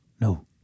No